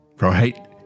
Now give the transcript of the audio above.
right